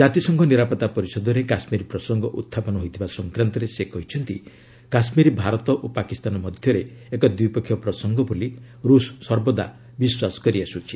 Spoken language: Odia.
ଜାତିସଂଘ ନିରାପତ୍ତା ପରିଷଦରେ କାଶ୍ମୀର ପ୍ରସଙ୍ଗ ଉଡ୍ଚାପନ ହୋଇଥିବା ସଂକ୍ରାନ୍ତରେ ସେ କହିଛନ୍ତି କାଶ୍ରୀର ଭାରତ ଓ ପାକିସ୍ତାନ ମଧ୍ୟରେ ଏକ ଦ୍ୱିପକ୍ଷିୟ ପ୍ରସଙ୍ଗ ବୋଲି ରୁଷ ସର୍ବଦା ବିଶ୍ୱାସ କରିଆସୁଛି